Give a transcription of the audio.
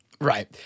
Right